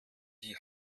die